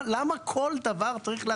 למה כל דבר צריך להכניס?